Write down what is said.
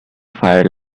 fire